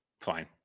fine